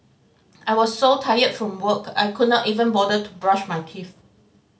I was so tired from work I could not even bother to brush my teeth